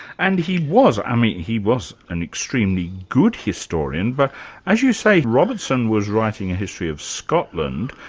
and he was i mean he was an extremely good historian but as you say, robertson was writing a history of scotland,